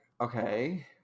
Okay